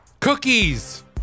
Cookies